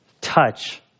touch